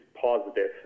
positive